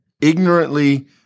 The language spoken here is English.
ignorantly